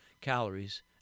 calories